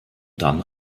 dann